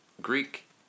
Greek